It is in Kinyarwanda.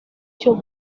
cyo